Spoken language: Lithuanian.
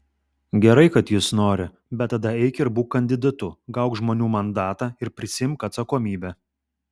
gerai kad jis nori bet tada eik ir būk kandidatu gauk žmonių mandatą ir prisiimk atsakomybę